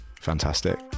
fantastic